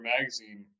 Magazine